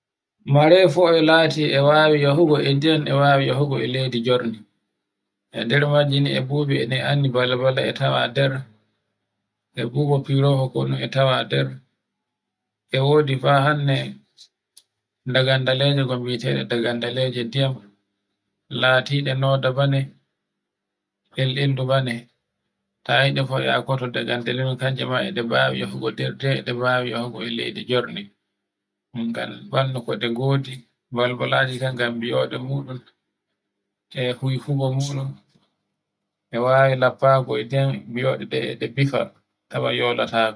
Marefu e lati e wawi yehugo e ndiyam e wawi yehugo e leydi jorndi. E nder majji ni bubu e ɓe anndi balbal e tawa nder, e bubu firoho e tawa e nder fa hannde dagandalejo ngon bitoɗe beteɗe dagandalejo ndiyam latiɗo no dabane, el eldu bone. Ta yiɗi bo a akkoto kanje e ɗe bawi nder diyam e ɗe bawi yehugo nder diyam leydi jornde. ngam ɓandu ko ɗe godi balbaleje kan biyoɗe muɗum e huihugo muɗum e wawi labbago e den biyoɗe e ɗe bifo yolata.